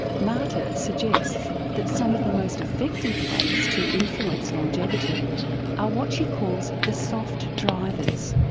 marta suggests that some of the most effective ways to influence longevity are what she calls the soft drivers,